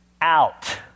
out